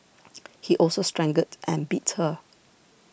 he also strangled and beat her